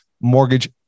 Mortgage